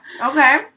Okay